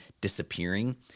disappearing